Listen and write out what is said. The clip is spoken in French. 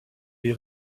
les